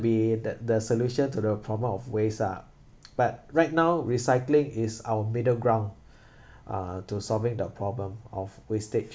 be that the solution to the problem of waste ah but right now recycling is our middle ground uh to solving the problem of wastage